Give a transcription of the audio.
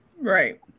Right